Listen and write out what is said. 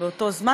באותו זמן,